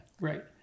right